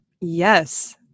Yes